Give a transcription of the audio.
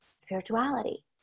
spirituality